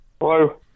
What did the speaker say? Hello